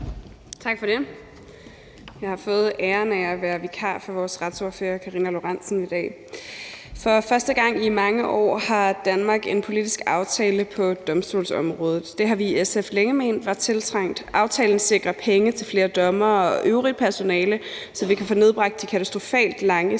Tak for det. Jeg har fået æren af at være vikar for vores retsordfører, Karina Lorentzen Dehnhardt, i dag. For første gang i mange år har Danmark en politisk aftale på domstolsområdet. Det har vi i SF længe ment var tiltrængt. Aftalen sikrer penge til flere dommere og øvrigt personale, så vi kan få nedbragt de katastrofalt lange